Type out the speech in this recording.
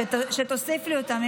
שתוסיף לי אותן,